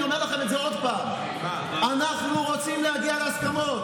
אני אומר לכם את זה עוד פעם: אנחנו רוצים להגיע להסכמות.